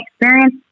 experience